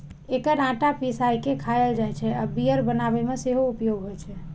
एकर आटा पिसाय के खायल जाइ छै आ बियर बनाबै मे सेहो उपयोग होइ छै